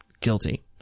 guilty